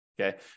Okay